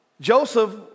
Joseph